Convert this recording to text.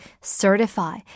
certify